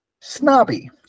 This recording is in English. snobby